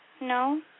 No